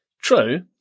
True